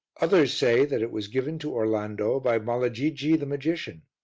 others say that it was given to orlando by malagigi the magician.